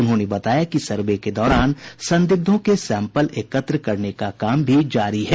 उन्होंने बताया कि सर्वे के दौरान संदिग्धों के सैंपल एकत्र करने का काम जारी है